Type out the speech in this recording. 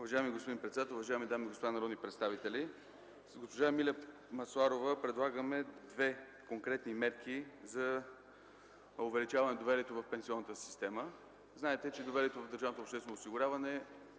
Уважаеми господин председател, уважаеми дами и господа народни представители! С госпожа Емилия Масларова предлагаме две конкретни мерки за увеличаване на доверието в пенсионната система. Знаете, че с промените, които вие въведохте в Държавното обществено осигуряване,